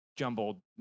jumbled